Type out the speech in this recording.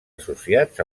associats